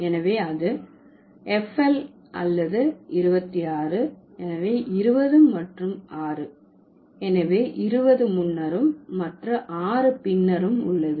எனவே அது FL அல்லது 26 எனவே 20 மற்றும் 6 எனவே 20 முன்னரும் மற்றும் 6 பின்னரும் உள்ளது